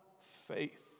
faith